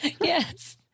Yes